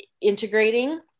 integrating